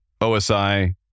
OSI